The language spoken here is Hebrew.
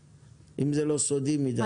אם זה לא סודי מדי?